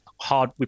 hard